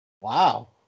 Wow